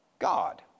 God